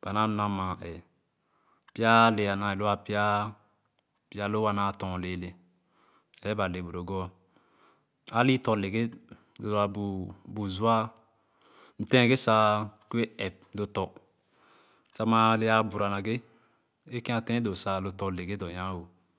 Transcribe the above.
ba naa lúna maa ééh pya ale a now elua pya loowa naa torn lèèlee eéh ba le bu logor a lì tɔ̃ legé doo a bu zua m tɛɛh ge sa ɛp lo tɔ̃ sa maa le a bura nage e kòn a teedoo sa lo tɔ̃ aa lege dò nya-woh.